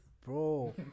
Bro